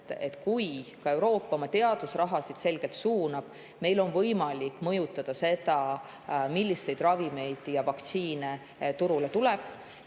et kui Euroopa teadusraha selgelt suunab, siis meil on võimalik mõjutada seda, milliseid ravimeid ja vaktsiine turule tuleb.